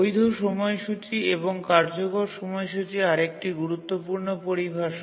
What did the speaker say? বৈধ সময়সূচী এবং কার্যকর সময়সূচী আরেকটি গুরুত্বপূর্ণ পরিভাষা